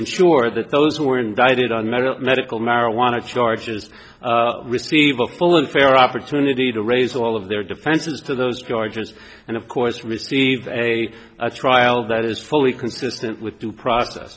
ensure that those who are indicted on merit medical marijuana charges receive a full and fair opportunity to raise all of their defenses to those charges and of course receive a trial that is fully consistent with due process